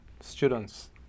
students